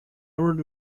would